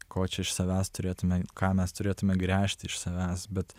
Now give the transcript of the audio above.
ko čia iš savęs turėtume ką mes turėtume gręžti iš savęs bet